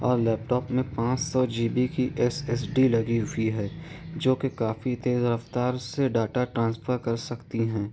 اور laptop میں پانچ جی بی کی ایس ایس ڈی لگی ہوئی ہے جو کہ کافی تیز رفتار سے ڈاٹا ٹرانسفر کر سکتی ہیں